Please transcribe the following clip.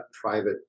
private